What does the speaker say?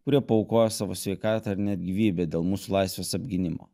kurie paaukojo savo sveikatą ar net gyvybę dėl mūsų laisvės apgynimo